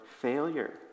failure